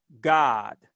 god